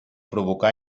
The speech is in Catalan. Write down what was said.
provocà